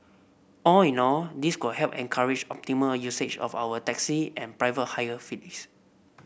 all in all this could help encourage optimal usage of our taxi and private hire